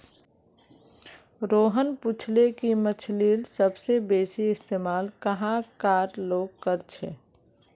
रोहन पूछले कि मछ्लीर सबसे बेसि इस्तमाल कुहाँ कार लोग कर छे